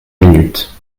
minutes